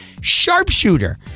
sharpshooter